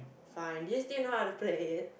fine do you still know how to play it